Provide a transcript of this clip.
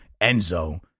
enzo